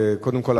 קודם כול,